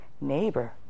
neighbor